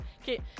Okay